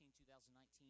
2019